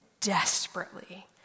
desperately